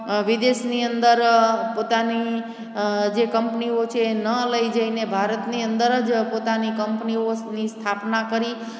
વિદેશની અંદર પોતાની જે કંપનીઓ છે એ ન લઈ જઈને ભારતની અંદર જ પોતાની કંપનીઓની સ્થાપના કરી